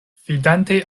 fidante